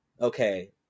Okay